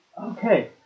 Okay